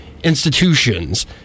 institutions